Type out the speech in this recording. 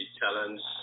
challenge